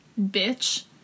Bitch